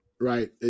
right